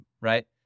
right